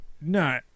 No